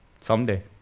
someday